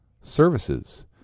services